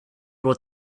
what